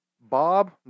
Bob